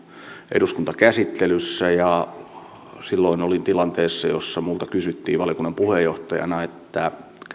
eduskuntakäsittelyssä ja silloin olin tilanteessa jossa minulta kysyttiin valiokunnan puheenjohtajana että